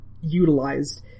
utilized